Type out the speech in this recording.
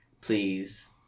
please